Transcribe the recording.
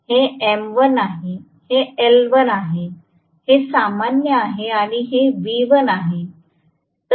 हे एम 1 आहे हे एल 1 आहे हे सामान्य आहे आणि हे व्ही 1 आहे